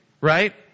right